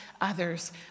others